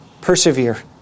persevere